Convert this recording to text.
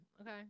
Okay